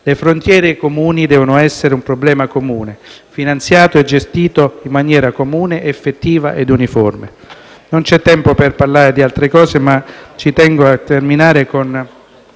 Le frontiere comuni devono essere un problema comune finanziato e gestito in maniera comune, effettiva e uniforme. Non c'è tempo per parlare di altre cose, ma ci tengo a terminare con